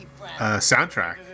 soundtrack